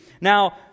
Now